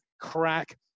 crack